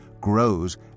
grows